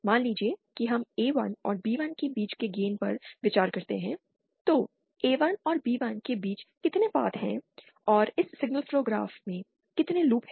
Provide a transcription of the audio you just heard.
मान लीजिए कि हम A1 और B1 के बीच के गेन पर विचार करते हैं तो A1 और B1 के बीच कितने पथ हैं और इस सिग्नल फ्लो ग्राफ में कितने लूप हैं